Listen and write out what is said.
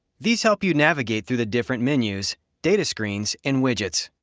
these help you navigate through the different menus, data screens and widgets.